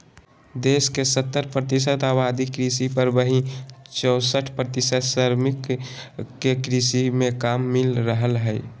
देश के सत्तर प्रतिशत आबादी कृषि पर, वहीं चौसठ प्रतिशत श्रमिक के कृषि मे काम मिल रहल हई